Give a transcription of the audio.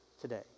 today